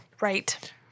right